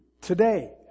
today